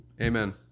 Amen